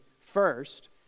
first